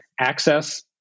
access